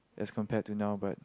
as compare to now but